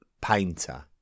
Painter